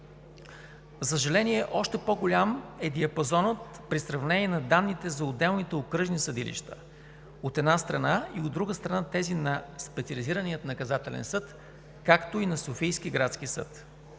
За съжаление, още по-голям е диапазонът при сравнение на данните за отделните окръжни съдилища, от една страна, и, от друга страна, тези на Специализирания наказателен съд, както и на Софийски градски съд.